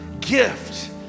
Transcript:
gift